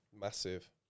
Massive